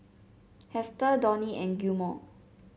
Hester Donnie and Gilmore